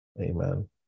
Amen